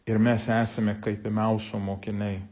ir mes esame kaip pirmiausia mokiniai